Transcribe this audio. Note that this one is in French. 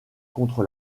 contre